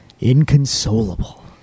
inconsolable